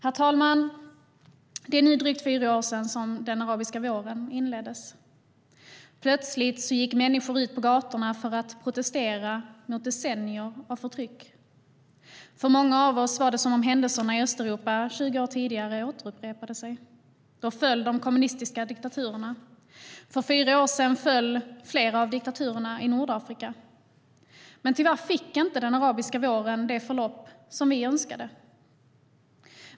Herr talman! Det är nu drygt fyra år sedan den arabiska våren inleddes. Plötsligt gick människor ut på gatorna för att protestera mot decennier av förtryck. För många av oss var det som om händelserna i Östeuropa 20 år tidigare upprepade sig. Då föll de kommunistiska diktaturerna, och för fyra år sedan föll flera av diktaturerna i Nordafrika. Tyvärr fick dock inte den arabiska våren det förlopp vi önskade.